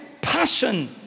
passion